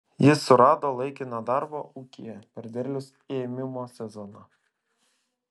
jis susirado laikiną darbą ūkyje per derliaus ėmimo sezoną